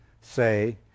say